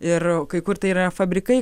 ir kai kur tai yra fabrikai